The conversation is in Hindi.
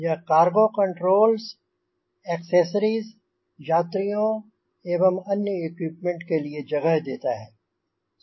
यह कार्गो कंट्रोल्ज़ ऐक्सेसरीज़ यात्रियों एवं अन्य इक्विप्मेंट के लिए जगह देता है